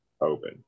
open